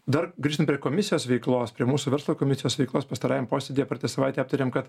dar grįžtant prie komisijos veiklos prie mūsų verslo komisijos veiklos pastarajam posėdyje praeitą savaitę aptarėm kad